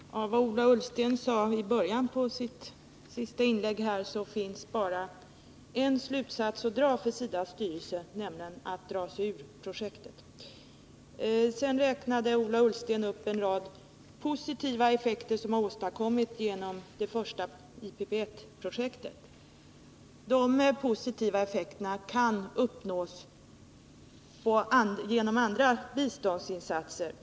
Herr talman! Av det som Ola Ullsten sade i början av sitt senaste inlägg finns det bara en slutsats att dra för SIDA:s styrelse, nämligen att dra sig ur projektet. Sedan räknade Ola Ullsten upp en rad positiva effekter av det första IPPF-projektet. De positiva effekterna kan nås genom andra biståndsinsatser.